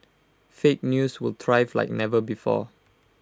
fake news will thrive like never before